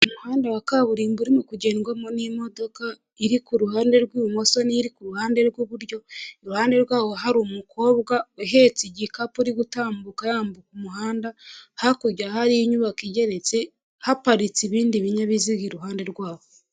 Umuhanda wa kaburimbo urimo kugenderwamo n'imodoka iri ku ruhande rw'ibumoso, n'iri ku ruhande rw'iburyo, iruhande rwawo hari umukobwa uhetse igikapu, uri gutambuka yambuka umuhanda, hakurya hari inyubako igeretse, haparitse ibindi binyabiziga iruhande rw'aho.